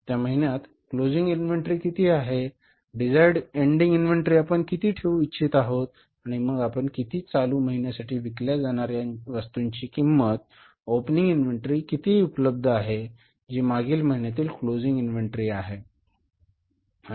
त्या महिन्यात closing inventory किती आहे desired ending inventory आपण किती ठेवू इच्छित आहोत आणि मग आपण किती चालू महिन्यासाठी विकल्या जाणार्या वस्तूंची किंमत opening inventory किती उपलब्ध आहे जी मागील महिन्यातील closing inventory आहे